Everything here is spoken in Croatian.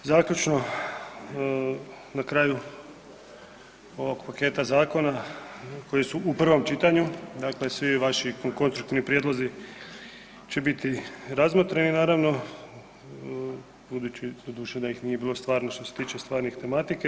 Zaključno na kraju ovog paketa zakona koji su u prvom čitanju, dakle svi vaši konstruktivni prijedlozi će biti razmotreni naravno budući doduše da ih nije bilo stvarno što se tiče stvarnih tematike.